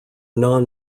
non